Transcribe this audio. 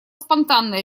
спонтанное